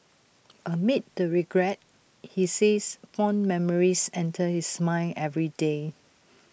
amid the regret he says fond memories enter his mind every day